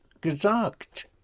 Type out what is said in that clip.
gesagt